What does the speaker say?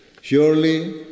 Surely